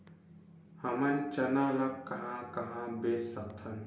हमन चना ल कहां कहा बेच सकथन?